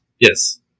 Yes